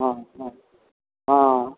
हँ हँ हँ